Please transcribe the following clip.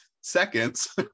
seconds